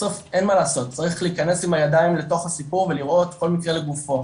אין מה לעשות צריך להיכנס עם הידיים לתוך הסיפור ולראות כל מקרה לגופו.